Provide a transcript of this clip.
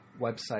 website